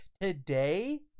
today